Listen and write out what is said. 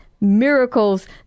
miracles